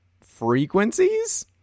frequencies